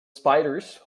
spiders